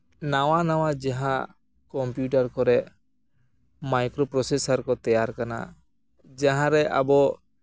ᱱᱟᱣᱟ ᱱᱟᱣᱟ ᱡᱟᱦᱟᱸ ᱠᱚᱢᱯᱤᱭᱩᱴᱟᱨ ᱠᱚᱨᱮᱫ ᱢᱟᱭᱠᱨᱳ ᱯᱨᱚᱥᱮᱥᱟᱨ ᱠᱚ ᱛᱮᱭᱟᱨ ᱠᱟᱱᱟ ᱡᱟᱦᱟᱸᱨᱮ ᱟᱵᱚ